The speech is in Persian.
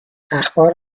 اخبار